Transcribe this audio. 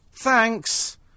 thanks